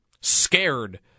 scared